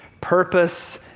purpose